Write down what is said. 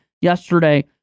yesterday